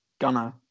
gunner